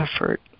effort